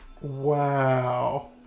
Wow